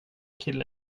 kille